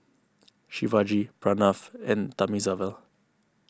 Shivaji Pranav and Thamizhavel